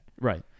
Right